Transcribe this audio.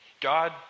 God